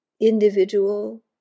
individual